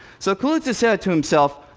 so kaluza said to himself,